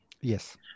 Yes